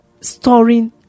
storing